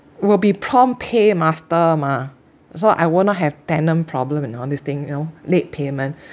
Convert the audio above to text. will be prompt paymaster mah so I will not have tenant problem and all this thing you know late payment